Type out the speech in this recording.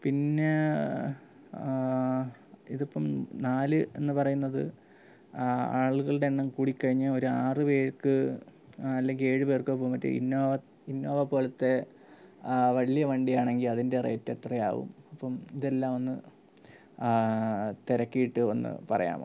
പിന്നെ ഇതിപ്പം നാല് എന്ന് പറയുന്നത് ആളുകളുടെ എണ്ണം കൂടി കഴിഞ്ഞു ഒരു ആറു പേർക്ക് അല്ലെങ്കിൽ ഏഴ് പേർക്കോ പോവാൻ പറ്റിയ ഇന്നോവ ഇന്നോവ പോലത്തെ വലിയ വണ്ടി ആണെങ്കിൽ അതിൻ്റെ റേറ്റ് എത്രയാവും അപ്പം ഇതെല്ലാം ഒന്ന് തിരക്കിയിട്ട് ഒന്ന് പറയാമോ